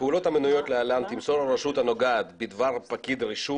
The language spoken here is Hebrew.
'בפעולות המנויות להלן תמסור הרשות הנוגעת בדבר פקיד רישום